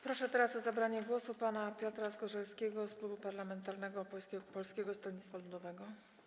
Proszę teraz o zabranie głosu pana Piotra Zgorzelskiego z Klubu Parlamentarnego Polskiego Stronnictwa Ludowego.